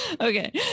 Okay